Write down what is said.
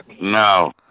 No